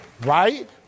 Right